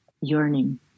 yearning